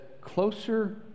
closer